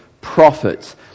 prophets